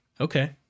okay